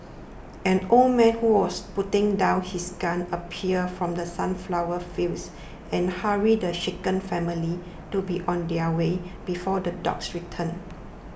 an old man who was putting down his gun appeared from the sunflower fields and hurried the shaken family to be on their way before the dogs return